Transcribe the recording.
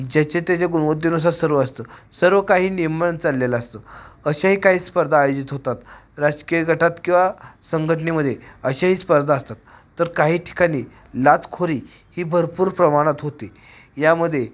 ज्याच्या त्याच्या गुणवत्तेनुसार सर्व असतं सर्व काही नियमाने चाललेलं असतं अशाही काही स्पर्धा आयोजित होतात राजकीय गटात किवा संघटनेमध्ये अशाही स्पर्धा असतात तर काही ठिकाणी लाचखोरी ही भरपूर प्रमाणात होती यामध्ये